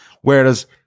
Whereas